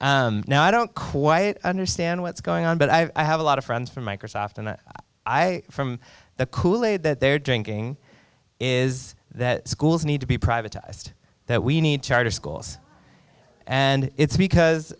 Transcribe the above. now i don't quite understand what's going on but i have a lot of friends from microsoft and i from the kool aid that they're drinking is that schools need to be privatized that we need charter schools and it's because